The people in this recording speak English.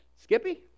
Skippy